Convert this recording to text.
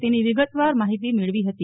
તેની વિગતવાર માહિતી મેળવી હતી